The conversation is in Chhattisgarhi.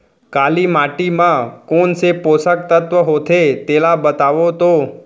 काली माटी म कोन से पोसक तत्व होथे तेला बताओ तो?